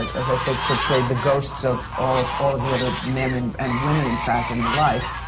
as i say, portray the ghosts of all of all of the other men and and women, in fact, in her life.